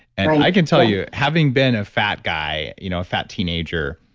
and i can tell you having been a fat guy, you know a fat teenager,